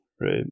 right